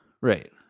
right